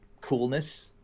coolness